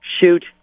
shoot